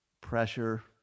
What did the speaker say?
pressure